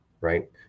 right